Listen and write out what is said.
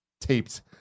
taped